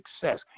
success